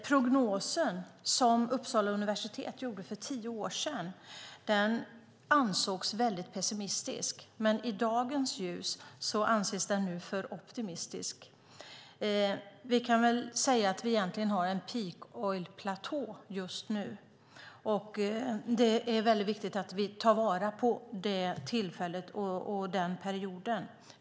Prognosen som Uppsala universitet gjorde för tio år sedan ansågs väldigt pessimistisk, men i dagens ljus anses den för optimistisk. Vi kan säga att vi egentligen har en peak oil-platå just nu. Det är väldigt viktigt att vi tar vara på den perioden.